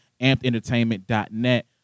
AmpedEntertainment.net